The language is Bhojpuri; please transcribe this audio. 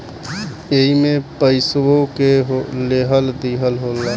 एईमे पइसवो के लेहल दीहल होला